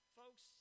folks